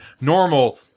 normal